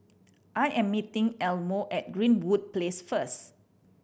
I am meeting Elmo at Greenwood Place first